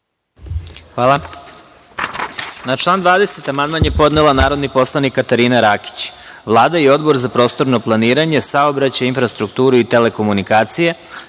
Hvala. Na član 20. amandman je podnela narodni poslanik Katarina Rakić. Vlada i Odbor za prostorno planiranje, saobraćaj, infrastrukturu i telekomunikacije